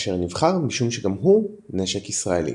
אשר נבחר משום שגם הוא נשק ישראלי.